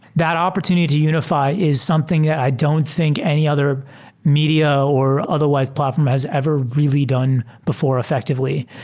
that opportunity to unify is something that i don't think any other media, or otherwise platform has ever really done before effectively.